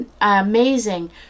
amazing